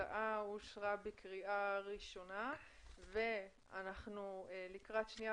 ההצעה אושרה בקריאה ראשונה ולקראת קריאה שנייה